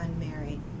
unmarried